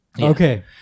okay